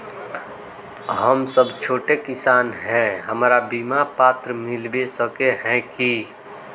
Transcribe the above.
हम सब छोटो किसान है हमरा बिमा पात्र मिलबे सके है की?